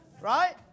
Right